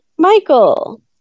Michael